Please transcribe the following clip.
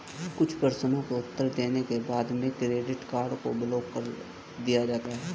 कुछ प्रश्नों के उत्तर देने के बाद में डेबिट कार्ड को ब्लाक कर दिया जाता है